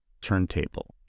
turntable